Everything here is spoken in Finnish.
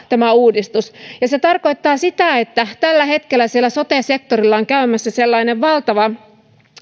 tämä uudistus koskettaa ja se tarkoittaa sitä että tällä hetkellä siellä sote sektorilla on käymässä sellainen valtava